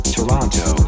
Toronto